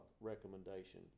recommendation